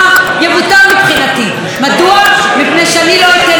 מפני שאני לא אתן יד להסכם קולנוע שהוא לא שוויוני,